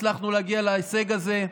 הצלחנו להגיע להישג הזה.